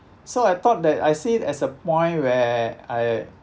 so I thought that I see it as a point where I